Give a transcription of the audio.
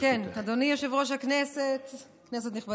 לאחים